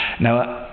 now